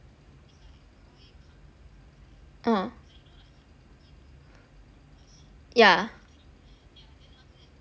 ah yeah